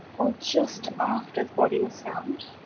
or just after the body was found.